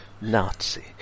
Nazi